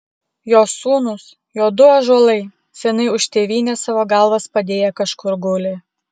jo sūnūs jo du ąžuolai seniai už tėvynę savo galvas padėję kažkur guli